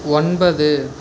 ஒன்பது